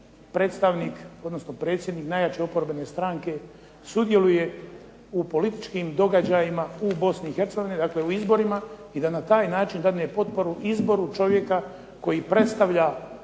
predstavnik, odnosno predsjednik najjače oporbene stranke sudjeluje u političkim događajima u Bosni i Hercegovini, dakle u izborima, i da na taj način dadne potporu izboru čovjeka koji predstavlja